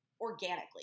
organically